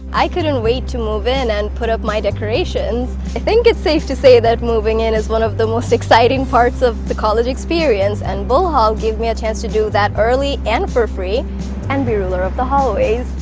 i couldn't wait to move in and put up my decorations. i think it's safe to say that moving in is one of the most exciting parts of the college experience and bull haul gave me a chance to do that early and for free and be ruler of the hallways.